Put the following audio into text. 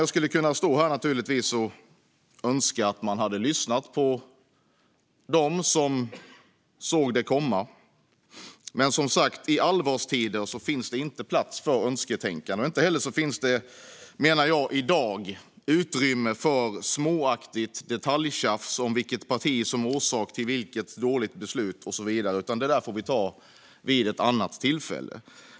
Jag skulle naturligtvis kunna stå här och önska att man hade lyssnat på dem som såg det komma. Men, som sagt, i allvarstider finns det inte plats för önsketänkande. Inte heller finns det, menar jag, i dag utrymme för småaktigt detaljtjafs om vilket parti som är orsak till vilket dåligt beslut och så vidare. Det där får vi ta vid ett annat tillfälle.